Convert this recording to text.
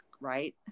right